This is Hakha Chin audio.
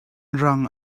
rang